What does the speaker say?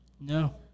No